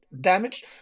damaged